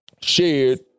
shared